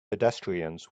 pedestrians